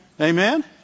Amen